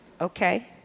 Okay